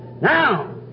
Now